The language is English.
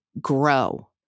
grow